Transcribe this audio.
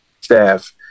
staff